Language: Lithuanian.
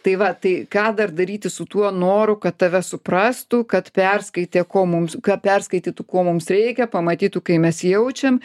tai va tai ką dar daryti su tuo noru kad tave suprastų kad perskaitę ko mums ką perskaitytų ko mums reikia pamatytų ką mes jaučiam